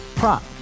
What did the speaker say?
Prop